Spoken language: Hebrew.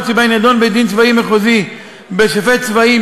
שבהן ידון בית-דין צבאי מחוזי בשופט צבאי,